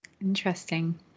Interesting